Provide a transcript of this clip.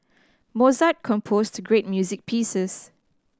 Mozart composed great music pieces